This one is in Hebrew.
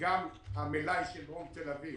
צריך לטפל גם במלאי של דרום תל אביב,